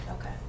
Okay